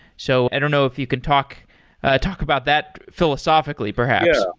so i don't know if you can talk ah talk about that philosophically perhaps